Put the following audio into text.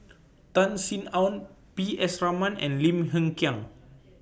Tan Sin Aun P S Raman and Lim Hng Kiang